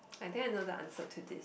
I think I know the answer to this